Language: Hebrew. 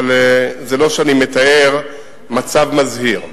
אבל זה לא שאני מתאר מצב מזהיר.